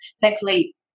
thankfully